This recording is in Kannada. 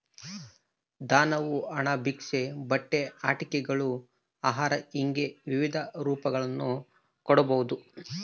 ದಾನವು ಹಣ ಭಿಕ್ಷೆ ಬಟ್ಟೆ ಆಟಿಕೆಗಳು ಆಹಾರ ಹಿಂಗೆ ವಿವಿಧ ರೂಪಗಳನ್ನು ಕೊಡ್ಬೋದು